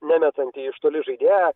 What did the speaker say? nemetantį iš toli žaidėją